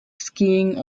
skiing